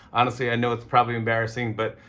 honestly, i know it's probably embarrassing, but,